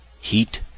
Heat